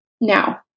Now